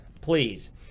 please